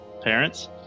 parents